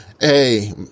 hey